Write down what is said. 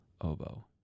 oboe